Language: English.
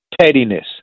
pettiness